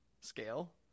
scale